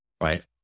Right